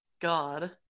God